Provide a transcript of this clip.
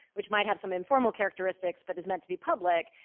which might have some informal characteristics, but it's meant to be public,